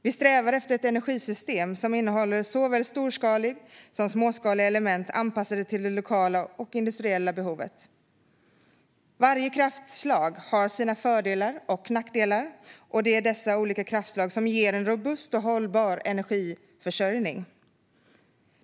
Vi strävar efter ett energisystem som innehåller såväl storskaliga som småskaliga element anpassade till det lokala och industriella behovet. Varje kraftslag har sina fördelar och nackdelar, och det är dessa olika kraftslag som ger en robust och hållbar energiförsörjning.